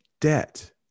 debt